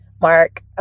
Mark